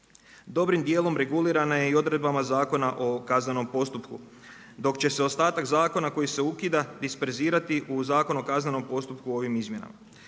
dobrim dijelom regulirana je i odredbama Zakona o kaznenom postupku. Dok će se ostatak zakona koji se ukida disperzirati u Zakon o kaznenom postupku ovim izmjenama.